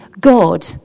God